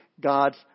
God's